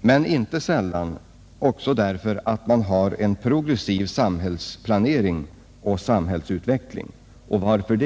men inte sällan sker det därför att man har en progressiv samhällsplanering och samhällsutveckling. Och varför det?